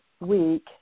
week